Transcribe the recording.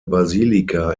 basilika